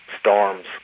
storms